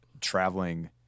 traveling